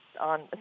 on